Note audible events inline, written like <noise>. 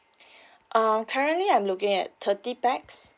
<breath> um currently I'm looking at thirty pax